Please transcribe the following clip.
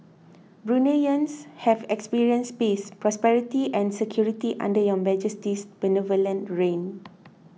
Bruneians have experienced peace prosperity and security under Your Majesty's benevolent reign